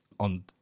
On